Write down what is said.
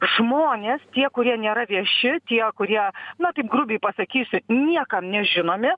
žmonės tie kurie nėra vieši tie kurie na taip grubiai pasakysiu niekam nežinomi